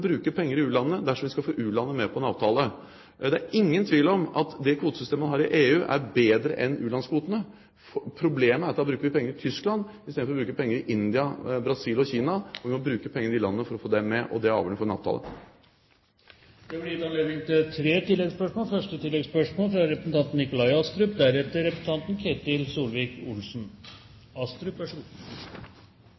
bruke penger i u-landene dersom vi skal få u-landene med på en avtale. Det er ingen tvil om at det kvotesystemet man har i EU, er bedre enn u-landskvotene. Problemet er at da bruker vi penger i Tyskland istedenfor å bruke penger i India, Brasil og Kina. Vi må bruke penger i de landene for å få dem med, og det er avgjørende for en avtale. Det blir